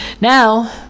Now